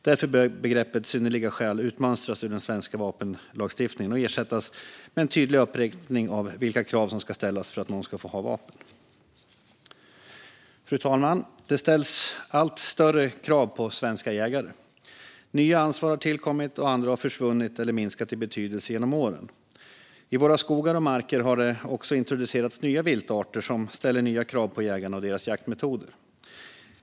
Därför bör begreppet synnerliga skäl utmönstras ur den svenska vapenlagstiftningen och ersättas med en tydlig uppräkning av vilka krav som ska ställas för att någon ska få ha vapen. Fru talman! Det ställs allt större krav på svenska jägare. Nya ansvar har tillkommit, och andra har försvunnit eller minskat i betydelse genom åren. I våra skogar och marker har det också introducerats nya viltarter som ställer nya krav på jägarna och deras jaktmetoder.